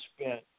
spent